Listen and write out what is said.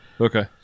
Okay